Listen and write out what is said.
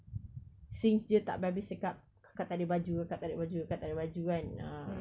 since dia tak habis-habis cakap kakak tak ada baju kakak tak ada baju kakak tak ada baju kan ah